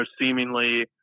seemingly